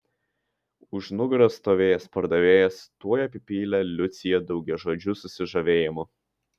už nugaros stovėjęs pardavėjas tuoj apipylė liuciją daugiažodžiu susižavėjimu